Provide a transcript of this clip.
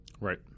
right